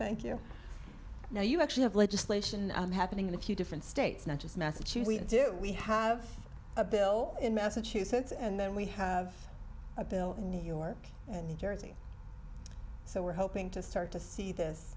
thank you now you actually have legislation on happening in a few different states not just massachusetts do we have a bill in massachusetts and then we have a bill in new york and new jersey so we're hoping to start to see this